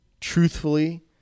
truthfully